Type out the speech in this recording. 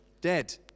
dead